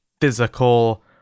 physical